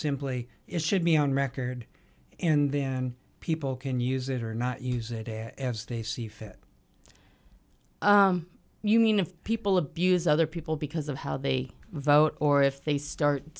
simply it should be on record in then people can use it or not use it as they see fit you mean if people abuse other people because of how they vote or if they start